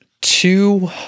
two